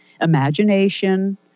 imagination